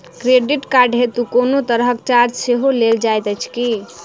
Credit card हेतु कोनो तरहक चार्ज सेहो लेल जाइत अछि की?